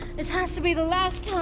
this has to be the last time.